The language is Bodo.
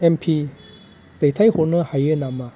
एम पि दैथाय हरनो हायो नामा